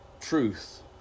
truth